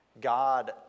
God